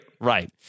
Right